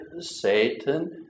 Satan